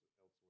elsewhere